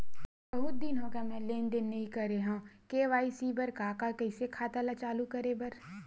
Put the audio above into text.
बहुत दिन हो गए मैं लेनदेन नई करे हाव के.वाई.सी बर का का कइसे खाता ला चालू करेबर?